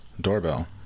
doorbell